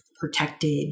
protected